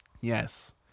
Yes